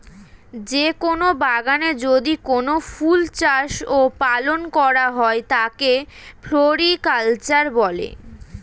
যে কোন বাগানে যদি কোনো ফুল চাষ ও পালন করা হয় তাকে ফ্লোরিকালচার বলে